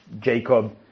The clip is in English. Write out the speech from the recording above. Jacob